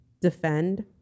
defend